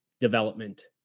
development